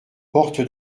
porte